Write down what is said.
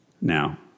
now